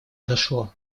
дошло